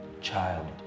child